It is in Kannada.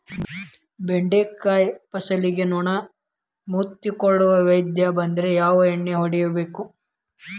ಬೆಂಡೆಕಾಯ ಫಸಲಿಗೆ ನೊಣ ಮುತ್ತಿಕೊಳ್ಳುವ ವ್ಯಾಧಿ ಬಂದ್ರ ಯಾವ ಎಣ್ಣಿ ಹೊಡಿಯಬೇಕು?